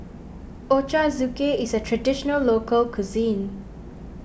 Ochazuke is a Traditional Local Cuisine